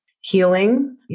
healing